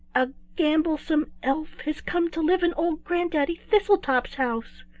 a gamblesome elf has come to live in old granddaddy thistletop's house.